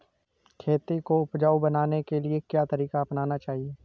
खेती को उपजाऊ बनाने के लिए क्या तरीका अपनाना चाहिए?